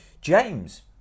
James